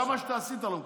גם מה שאתה עשית לא מקובל.